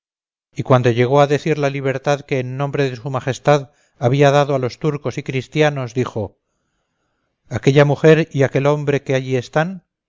y cuando llegó a decir la libertad que en nombre de su majestad había dado a los turcos y christianos dijo aquella mujer y aquel hombre que allí están